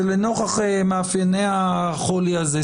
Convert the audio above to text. שלנוכח מאפייני החולי הזה,